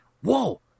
whoa